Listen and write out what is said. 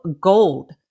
gold